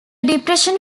depression